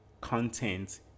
content